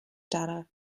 data